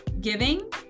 giving